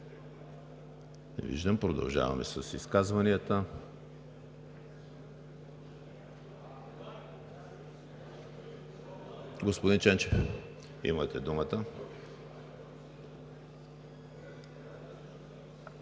Не виждам. Продължаваме с изказванията. Господин Ченчев, имате думата.